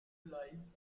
lies